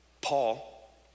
Paul